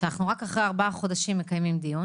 שאנחנו רק אחרי ארבעה חודשים מקיימים דיון